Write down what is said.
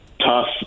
tough